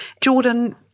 Jordan